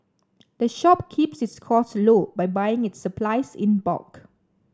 the shop keeps its costs low by buying its supplies in bulk